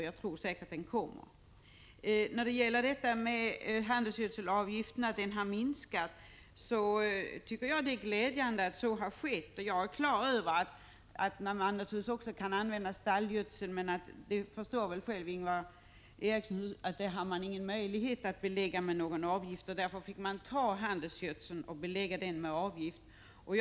Jag tror säkert att sockerutredningen kommer till stånd. Det är glädjande att handelsgödselavgiften har lett till en minskad användning av handelsgödsel och bekämpningsmedel. Jag är på det klara med att jordbrukarna naturligtvis också kan använda stallgödsel, men det förstår väl Ingvar Eriksson att vi inte har någon möjlighet att belägga sådan gödsel med en avgift. Därför fick vi avgiftsbelägga handelsgödseln.